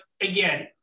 again